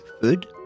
food